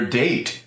date